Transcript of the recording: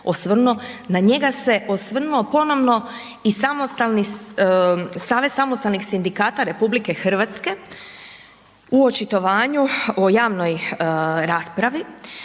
na njega se osvrnuo ponovno i Savez samostalnih sindikata RH u očitovanju o javnoj raspravi,